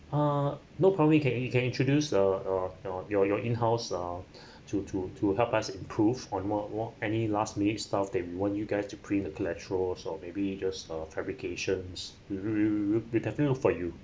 ah no probably you can you can introduce uh your your in-house uh to to to help us improve on what what any last minute stuff they we want you guys to print the collateral or maybe just a fabrications we we we we we definitely for you